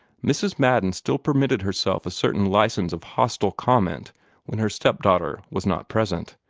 mrs. madden still permitted herself a certain license of hostile comment when her step-daughter was not present,